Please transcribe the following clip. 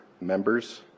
members